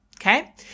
okay